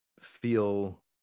feel